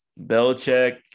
Belichick